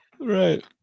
Right